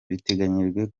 biteganyijwe